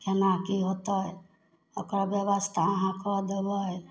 केना की होतै ओकर ब्यवस्था आहाँ कऽ देबै